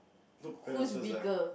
the parents first lah